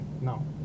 No